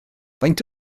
faint